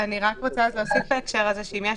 אני רק רוצה להוסיף בהקשר הזה שאם יש